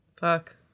fuck